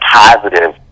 positive